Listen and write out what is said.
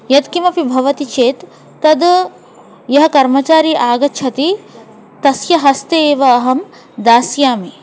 यत्किमपि भवति चेत् तद् यः कर्मचारी आगच्छति तस्य हस्ते एव अहं दास्यामि